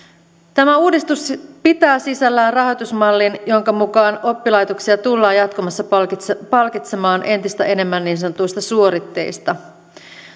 tämä uudistus pitää sisällään rahoitusmallin jonka mukaan oppilaitoksia tullaan jatkossa palkitsemaan entistä enemmän niin sanotuista suoritteista